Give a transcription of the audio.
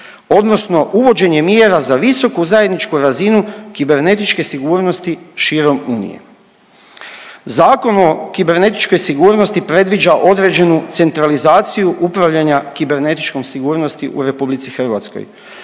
odnosno uvođenje mjera za visoku zajedničku razinu kibernetičke sigurnosti širom Unije. Zakon o kibernetičkoj sigurnosti predviđa određenu centralizaciju upravljanja kibernetičkoj sigurnosti u RH odnosno